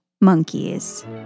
monkeys